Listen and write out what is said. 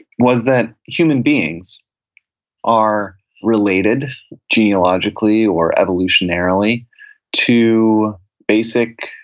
was that human beings are related genealogically or evolutionarily to basic,